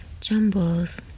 Jumbles